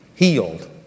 healed